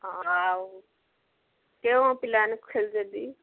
ହଁ ଆଉ କେଉଁ ପିଲାମାନେ ଖେଳୁଛନ୍ତି